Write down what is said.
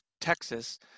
Texas